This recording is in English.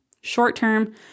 short-term